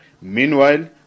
Meanwhile